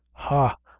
ha,